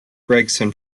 gregson